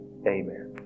amen